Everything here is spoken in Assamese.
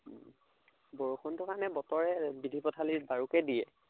বৰষুণটোৰ কাৰণে বতৰে বিধি পথালি বাৰুকৈ দিয়ে